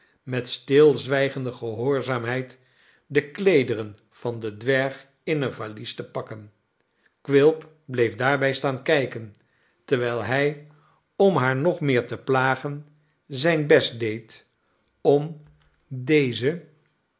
met stilzwijgende gehoorzaamheid de kleederen van den dwerg in een valies te pakken quilp bleef daarbij staan kijken terwijl hij om haar nog meer te plagen zijn best deed om deze